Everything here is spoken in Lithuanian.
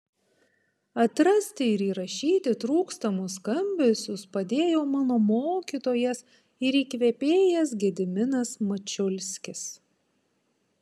atrasti ir įrašyti trūkstamus skambesius padėjo mano mokytojas ir įkvėpėjas gediminas mačiulskis